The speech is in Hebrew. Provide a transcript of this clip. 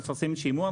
מפרסים שימוע,